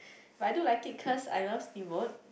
but I do like it cause I love steamboat